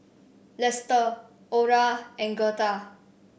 Lester Orah and Gertha